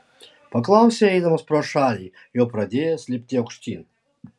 paklausė eidamas pro šalį jau pradėjęs lipti aukštyn